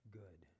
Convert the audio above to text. good